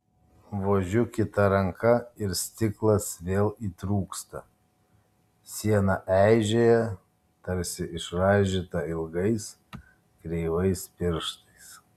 vožiu kita ranka ir stiklas vėl įtrūksta siena eižėja tarsi išraižyta ilgais kreivais pirštais